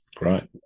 Right